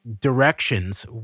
directions